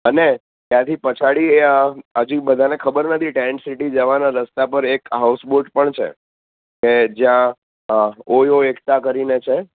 અને ત્યાંથી પછાડી એ હજુ બધાને ખબર નથી ટેન્ટ સિટી જવાના રસ્તા પર એક હાઉસ બોટ પણ છે જ્યાં ઓય હોય એકસ્ટ્રા કરીને છે